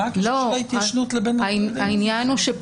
מה הקשר של ההתיישנות לבין --- אני אסביר.